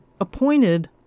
appointed